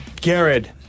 Garrett